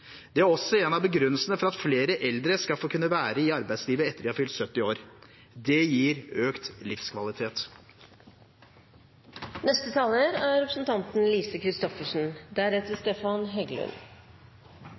Det er også en av begrunnelsene for at flere eldre skal få kunne være i arbeidslivet etter at de har fylt 70 år. Det gir økt